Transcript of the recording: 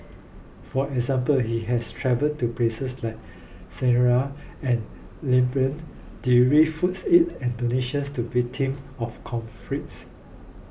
for example he has travelled to places like Syria and Lebanon foods aid and donations to victim of conflicts